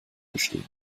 bestehen